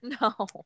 No